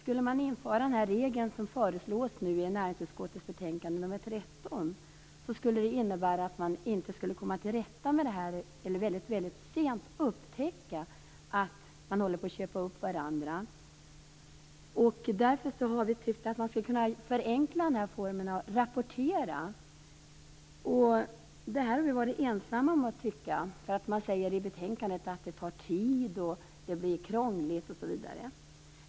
Om den regel som föreslås i näringsutskottets betänkande nr 13 infördes, skulle det innebära att man väldigt sent skulle upptäcka att företag håller på att köpa upp varandra. Därför tycker vi att formen för rapportering kunde förenklas. Det har vi varit ensamma om att tycka. I betänkandet säger man att det tar tid, att det blir krångligt osv.